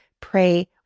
pray